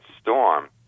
storm